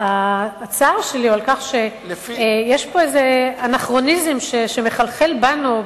הצער שלי הוא על זה שיש פה איזה אנכרוניזם שמחלחל בנו,